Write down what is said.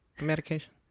medication